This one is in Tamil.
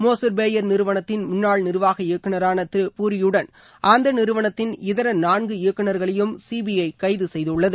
மோசர் பேயர் நிறுவனத்தின் முன்னாள் நிர்வாக இயக்குநரான திரு பூரியுடன் அந்த நிறுவனத்தின் இதர நான்கு இயக்குநர்களையும் சிபிஐ கைது செய்துள்ளது